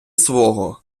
свого